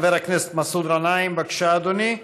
חבר הכנסת מסעוד גנאים, בבקשה, אדוני,